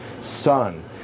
son